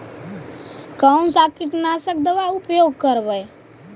कोन सा कीटनाशक दवा उपयोग करबय?